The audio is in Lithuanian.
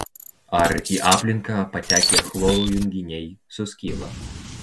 ar į aplinką patekę chloro junginiai suskyla